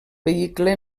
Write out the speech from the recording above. vehicle